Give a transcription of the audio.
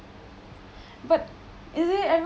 but is it ever